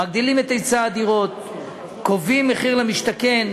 מגדילים את היצע הדירות, קובעים מחיר למשתכן,